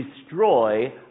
destroy